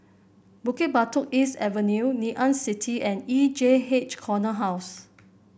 Bukit Batok East Avenue Ngee Ann City and E J H Corner House